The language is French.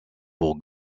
pour